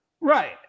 Right